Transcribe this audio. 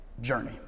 journey